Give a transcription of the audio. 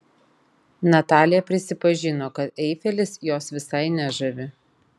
natalija prisipažino kad eifelis jos visai nežavi